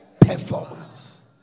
performance